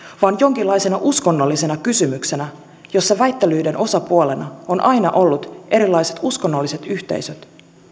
vaan jonkinlaisena uskonnollisena kysymyksenä jossa väittelyiden osapuolena on aina ollut erilaiset uskonnolliset yhteisöt